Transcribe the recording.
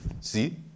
See